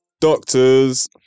doctors